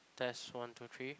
test one two three